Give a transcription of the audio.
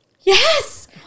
yes